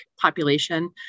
population